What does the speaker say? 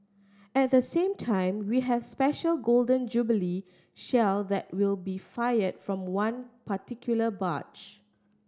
at the same time we has special Golden Jubilee Shell that will be fired from one particular barge